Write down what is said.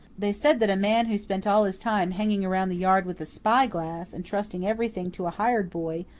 they said that a man who spent all his time hanging around the yard with a spyglass, and trusting everything to a hired boy,